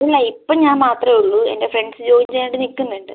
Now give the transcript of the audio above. ഇല്ല ഇപ്പം ഞാൻ മാത്രമേ ഉള്ളൂ എൻ്റെ ഫ്രണ്ട്സ് ജോയിൻ ചെയ്യാൻ വേണ്ടി നിൽക്കുന്നുണ്ട്